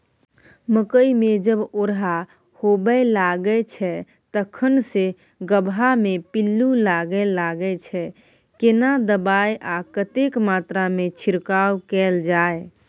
मकई मे जब ओरहा होबय लागय छै तखन से गबहा मे पिल्लू लागय लागय छै, केना दबाय आ कतेक मात्रा मे छिरकाव कैल जाय?